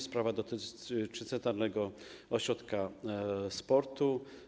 Sprawa dotyczy Centralnego Ośrodka Sportu.